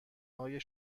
های